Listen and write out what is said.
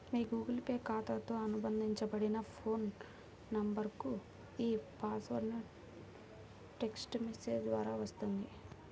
మీ Google Pay ఖాతాతో అనుబంధించబడిన phone నంబర్కు ఈ పాస్వర్డ్ టెక్ట్స్ మెసేజ్ ద్వారా వస్తుంది